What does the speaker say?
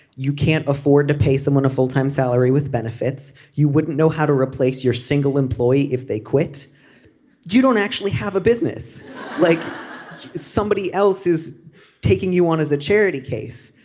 you can't afford to pay someone a full time salary with benefits you wouldn't know how to replace your single employee if they quit you don't actually have a business like somebody else is taking you on as a charity case.